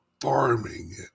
farming